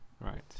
Right